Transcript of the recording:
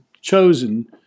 chosen